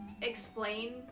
explain